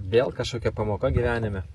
vėl kažkokia pamoka gyvenime